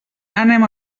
anem